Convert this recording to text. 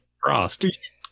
Frost